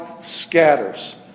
scatters